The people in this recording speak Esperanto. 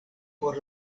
por